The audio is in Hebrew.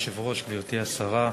אדוני היושב-ראש, תודה רבה, גברתי השרה,